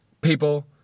People